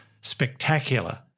spectacular